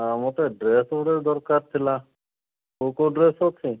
ଆଉ ମୋତେ ଡ୍ରେସ ଗୋଟେ ଦରକାର ଥିଲା କେଉଁ କେଉଁ ଡ୍ରେସ ଅଛି